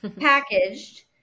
packaged